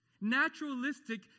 naturalistic